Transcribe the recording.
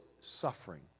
suffering